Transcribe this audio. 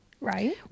right